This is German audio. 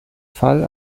fall